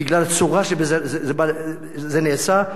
בגלל הצורה שבה זה נעשה.